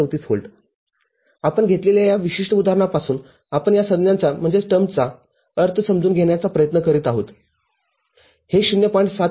३४V आपण घेतलेल्या या विशिष्ट उदाहरणापासून आपण या संज्ञाचा अर्थ समजून घेण्याचा प्रयत्न करीत आहोत हे ०